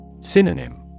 Synonym